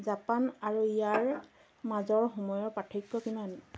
Japan আৰু ইয়াৰ মাজৰ সময়ৰ পাৰ্থক্য কিমান